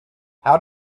how